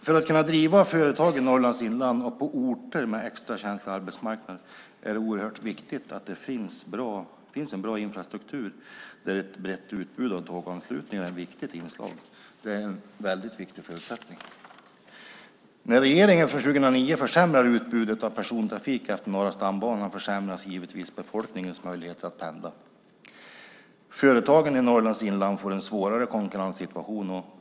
För att kunna driva företag i Norrlands inland och på orter med extra känslig arbetsmarknad är det viktigt att det finns en bra infrastruktur med ett brett utbud av tåg och anslutningar. Det är en mycket viktig förutsättning. När regeringen från 2009 försämrar utbudet av persontrafik på Norra stambanan försämras givetvis befolkningens möjligheter att pendla. Företagen i Norrlands inland får en svårare konkurrenssituation.